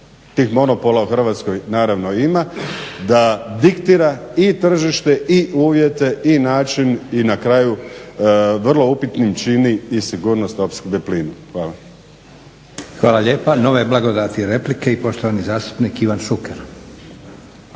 tih monopola u Hrvatskoj naravno ima, da diktira i tržište i uvjete i način i na kraju vrlo upitnim čini i sigurnost opskrbe plina. Hvala. **Leko, Josip (SDP)** Hvala lijepo. Nove blagodati replike i poštovani zastupnik Ivan Šuker.